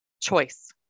choice